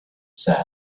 said